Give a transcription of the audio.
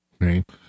right